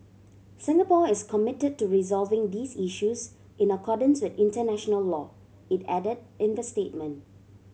Singapore is committed to resolving these issues in accordance with international law it added in the statement